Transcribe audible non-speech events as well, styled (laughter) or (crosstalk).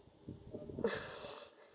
(laughs)